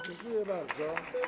Dziękuję bardzo.